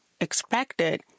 expected